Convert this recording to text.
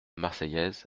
marseillaise